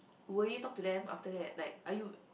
will you talk to them after that like are you